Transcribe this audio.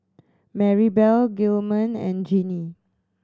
Maribel Gilman and Jeanie